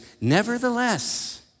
Nevertheless